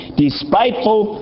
despiteful